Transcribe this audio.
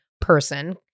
person